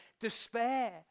despair